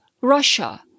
Russia